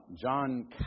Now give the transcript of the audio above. John